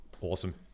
Awesome